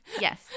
Yes